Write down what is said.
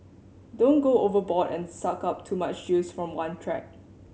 don't go overboard and suck up too much juice from one track